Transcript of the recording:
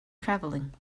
traveling